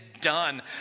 done